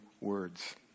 words